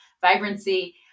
vibrancy